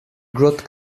growth